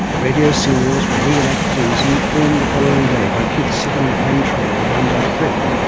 radio serials were re-enacted in some form the following day by kids sitting in a plum tree or down by the creek.